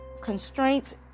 constraints